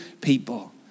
people